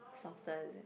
softer